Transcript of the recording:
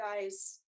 guys